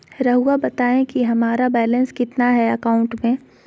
रहुआ बताएं कि हमारा बैलेंस कितना है अकाउंट में?